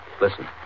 Listen